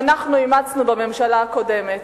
אנחנו אימצנו בממשלה הקודמת,